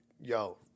yo